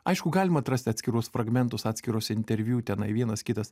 aišku galima atrast atskirus fragmentus atskirus interviu tenai vienas kitas